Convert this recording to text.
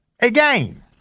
again